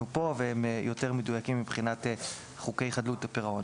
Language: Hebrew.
כאן והם יותר מדויקים מבחינת חוקי חדלות הפירעון.